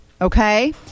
okay